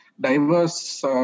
diverse